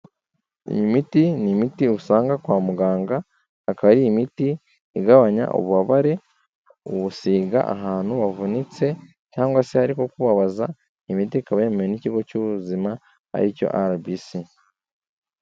Iyi miti ni imiti usanga kwa muganga akaba ari imiti igabanya ububabare, uwusiga ahantu wavunitse cyangwa se hari kukubabaza, imiti ikaba yemewe n'ikigo cy'ubuzima aricyo RBC.